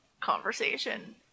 conversation